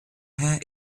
hair